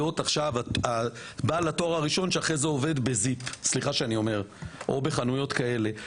עכשיו בעל התואר הראשון שאחרי זה עובד בזיפ או בחנויות כאלו,